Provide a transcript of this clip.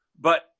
but-